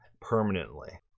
permanently